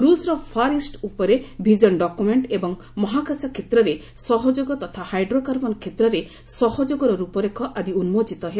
ରୁଷ୍ର far east ଉପରେ vision document ଏବଂ ମହାକାଶ କ୍ଷେତ୍ରରେ ସହଯୋଗ ତଥା ହାଇଡ୍ରୋକାର୍ବନ କ୍ଷେତ୍ରରେ ସହଯୋଗର ର୍ଚପରେଖ ଆଦି ଉନ୍କୋଚିତ ହେବ